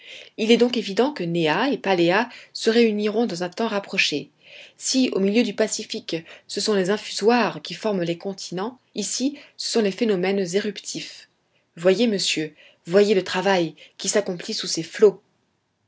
il est donc évident que néa et paléa se réuniront dans un temps rapproché si au milieu du pacifique ce sont les infusoires qui forment les continents ici ce sont les phénomènes éruptifs voyez monsieur voyez le travail qui s'accomplit sous ces flots